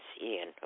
Ian